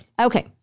Okay